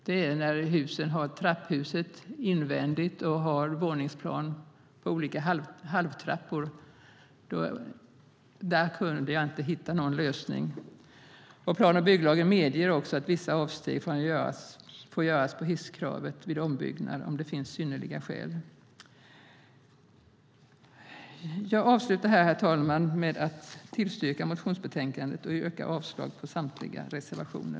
Det är när husen har trapphuset invändigt och har våningsplan på olika halvtrappor. Där kunde jag inte hitta någon lösning. Plan och bygglagen medger också att vissa avsteg får göras på hisskravet vid ombyggnad, om det finns synnerliga skäl. Jag avslutar här, herr talman, med att tillstyrka förslaget i motionsbetänkandet och yrka avslag på samtliga reservationer.